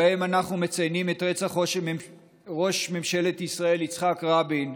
שבהם אנחנו מציינים את רצח ראש ממשלת ישראל יצחק רבין,